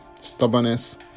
stubbornness